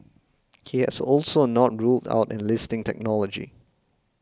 he has also a not ruled out enlisting technology